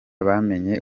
bamenye